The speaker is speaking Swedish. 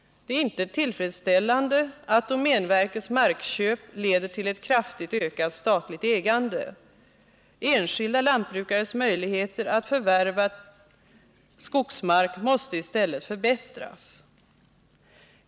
Det är inte tillfredsställande att domänverkets markköp leder till ett kraftigt ökat statligt ägande. Enskilda lantbrukares möjligheter att förvärva skogsmark måste i stället förbättras.